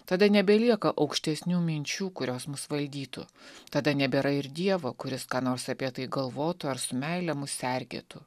tada nebelieka aukštesnių minčių kurios mus valdytų tada nebėra ir dievo kuris ką nors apie tai galvotų ar su meile mus sergėtų